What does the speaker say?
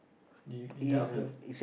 did you did you help your f~